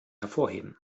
hervorheben